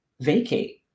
vacate